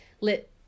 lit